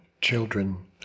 children